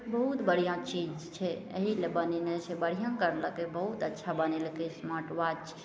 बहुत बढ़िआँ चीज छै एही लए बनयने छै बढ़िआँ करलेकै बहुत बहुत अच्छा बनेलकै स्मार्ट वाच